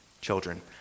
Children